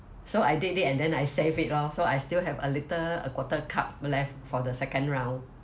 so I did it and then I save it lor so I still have a little a quarter cup left for the second round